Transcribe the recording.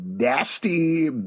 Nasty